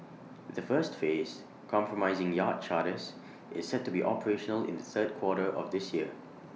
the first phase comprising Yacht Charters is set to be operational in the third quarter of this year